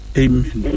amen